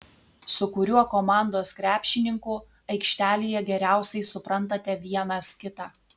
su kuriuo komandos krepšininku aikštelėje geriausiai suprantate vienas kitą